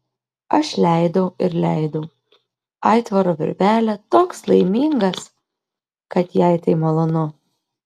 aš leidau ir leidau aitvaro virvelę toks laimingas kad jai tai malonu